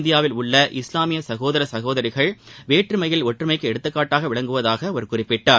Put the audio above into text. இந்தியாவில் உள்ள இஸ்லாமிய சகோதர சகோதரிகள் வேற்றுமையில் ஒற்றுமைக்கு எடுத்துக்காட்டாக விளங்குவதாக அவர் குறிப்பிட்டார்